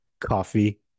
Coffee